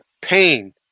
pain